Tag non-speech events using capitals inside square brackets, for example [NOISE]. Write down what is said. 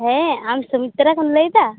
ᱦᱮᱸ ᱟᱢ ᱥᱩᱢᱤᱛᱨᱟ ᱠᱟᱢ [UNINTELLIGIBLE] ᱞᱟ ᱭᱮᱫᱟ